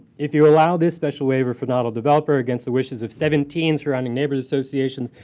if you allow this special waiver for noddle developer against the wishes of seventeen surrounding neighbors associations,